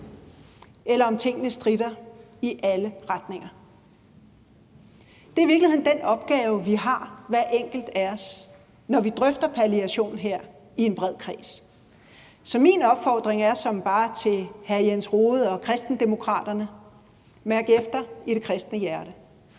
eller om tingene stritter i alle retninger? Det er i virkeligheden den opgave, hver enkelt af os har, når vi drøfter palliation her i en bred kreds. Så min opfordring er såmænd bare til hr. Jens Rohde og Kristendemokraterne: Mærk efter i jeres kristne hjerte.